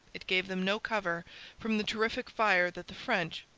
it gave them no cover from the terrific fire that the french,